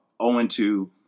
0-2